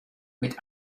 mit